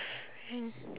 friend